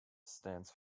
stands